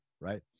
right